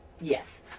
Yes